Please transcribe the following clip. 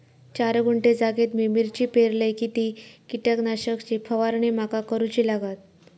चार गुंठे जागेत मी मिरची पेरलय किती कीटक नाशक ची फवारणी माका करूची लागात?